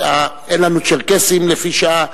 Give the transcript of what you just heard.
אין לנו צ'רקסים לפי שעה.